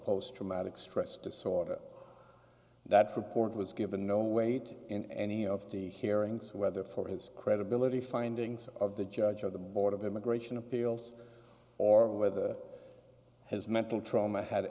post traumatic stress disorder that report was given no weight in any of the hearings whether for his credibility findings of the judge or the board of immigration appeals or whether his mental trauma had